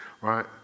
right